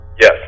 Yes